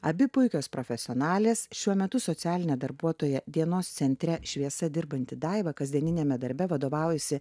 abi puikios profesionalės šiuo metu socialine darbuotoja dienos centre šviesa dirbanti daiva kasdieniniame darbe vadovaujasi